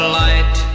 light